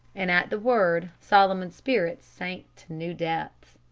and at the word solomon's spirits sank to new depths.